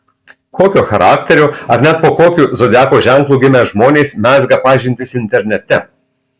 kokio charakterio ar net po kokiu zodiako ženklu gimę žmonės mezga pažintis internete